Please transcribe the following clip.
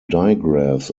digraphs